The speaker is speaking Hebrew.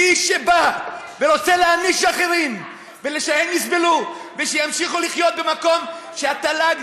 מי שבא ורוצה להעניש אחרים ושהם יסבלו ושימשיכו לחיות במקום שהתל"ג